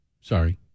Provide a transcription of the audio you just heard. Sorry